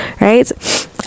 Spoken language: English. right